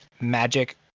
magic